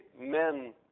men